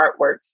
artworks